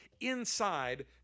inside